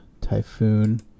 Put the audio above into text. Typhoon